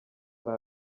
hari